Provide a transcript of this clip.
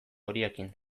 horiekin